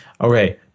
Okay